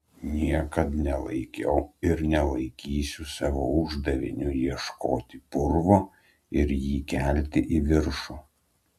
niekad nelaikiau ir nelaikysiu savo uždaviniu ieškoti purvo ir jį kelti į viršų